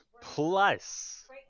plus